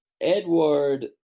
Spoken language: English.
Edward